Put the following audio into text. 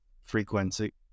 frequency